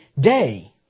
day